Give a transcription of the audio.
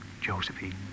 Josephine